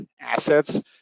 assets